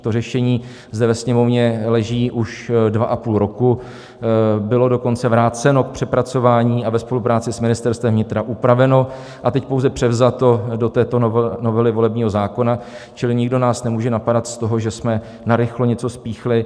To řešení zde ve Sněmovně leží už dvaapůl roku, bylo dokonce vráceno k přepracování a ve spolupráci s Ministerstvem vnitra upraveno a teď pouze převzato do této novely volebního zákona, čili nikdo nás nemůže napadat z toho, že jsme narychlo něco spíchli.